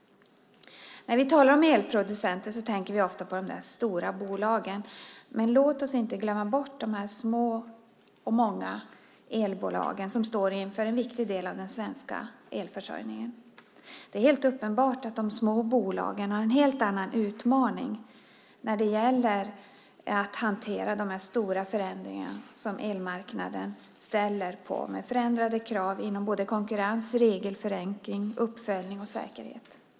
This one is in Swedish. När vi talar om elproducenter tänker vi ofta på de där stora bolagen, men låt oss inte glömma bort de många små elbolag som står för en viktig del av den svenska elförsörjningen. Det är helt uppenbart att de små bolagen har en helt annan utmaning att hantera när det gäller de här stora förändringarna på elmarknaden. Det är förändrade krav när det gäller konkurrens, regelförenkling, uppföljning och säkerhet.